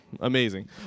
amazing